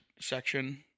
section